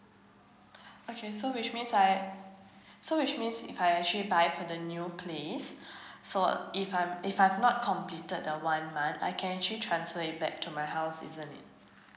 okay so which means I so which means if I actually buy for the new place so if I'm if I've not completed the one month I can actually transfer it back to my house isn't it